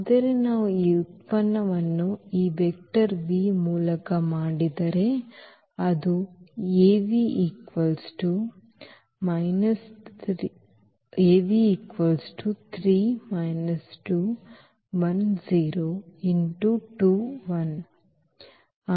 ಆದರೆ ನಾವು ಈ ಉತ್ಪನ್ನವನ್ನು ಈ ವೆಕ್ಟರ್ v ಮೂಲಕ ಮಾಡಿದರೆ ಏನಾಗುತ್ತದೆ